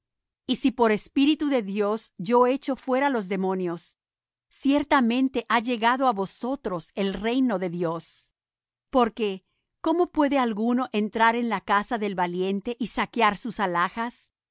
y si por espíritu de dios yo echo fuera los demonios ciertamente ha llegado á vosotros el reino de dios porque cómo puede alguno entrar en la casa del valiente y saquear sus alhajas